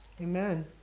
Amen